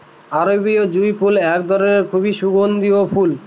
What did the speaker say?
আরবি জুঁই ফুল এক ধরনের খুব সুগন্ধিও ফুল